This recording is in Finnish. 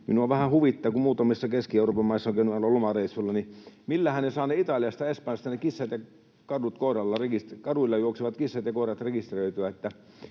minua vähän huvittaa: kun muutamissa Keski-Euroopan maissa olen käynyt lomareissuilla, niin millähän he saavat Italiassa ja Espanjassa ne kaduilla juoksevat kissat ja koirat rekisteröityä?